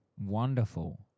Wonderful